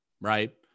right